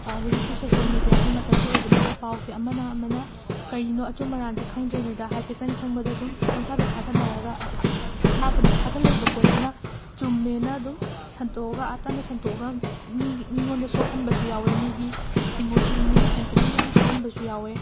ꯍꯨꯖꯤꯛꯇꯤ ꯁꯣꯁꯤꯌꯦꯜ ꯃꯦꯗꯤꯌꯥꯒꯤ ꯃꯇꯝꯁꯨ ꯑꯣꯏꯕꯅꯤꯅ ꯄꯥꯎꯁꯦ ꯑꯃꯅ ꯑꯃꯅ ꯀꯩꯅꯣ ꯑꯆꯨꯝ ꯑꯔꯥꯟꯁꯦ ꯈꯪꯗ꯭ꯔꯤꯉꯩꯗ ꯍꯥꯏꯐꯦꯠꯇꯪ ꯈꯪꯕꯗ ꯑꯗꯨꯝ ꯄꯪꯊꯥꯗ ꯊꯥꯒꯠꯅꯔꯒ ꯑ ꯑꯊꯥꯕꯠ ꯊꯥꯒꯠꯂꯛꯏꯕ ꯄꯣꯠꯇꯨꯅ ꯆꯨꯝꯃꯦꯅ ꯑꯗꯨꯝ ꯁꯟꯇꯣꯛꯑꯒ ꯑꯥ ꯇꯥꯟꯅ ꯁꯟꯇꯣꯑꯒ ꯃꯤꯒꯤ ꯃꯤꯉꯣꯟꯗ ꯁꯣꯛꯍꯟꯕꯁꯨ ꯌꯥꯎꯋꯦ ꯃꯤꯒꯤ ꯏꯃꯣꯁꯟ ꯃꯤꯒꯤ ꯁꯦꯟꯇꯤꯃꯦꯟ ꯌꯥꯝ ꯁꯣꯛꯍꯟꯕꯁꯨ ꯌꯥꯎꯋꯦ